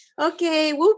Okay